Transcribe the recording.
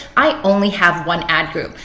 i only have one ad group.